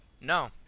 No